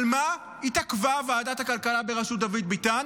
על מה התעכבה ועדת הכלכלה בראשות דוד ביטן?